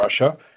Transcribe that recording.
Russia